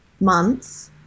months